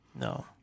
No